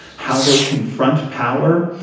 how they confront power.